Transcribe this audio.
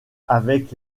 avec